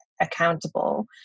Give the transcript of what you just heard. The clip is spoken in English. accountable